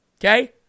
Okay